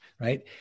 right